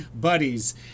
buddies